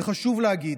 וחשוב להגיד,